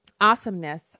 awesomeness